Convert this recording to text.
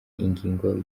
ingingo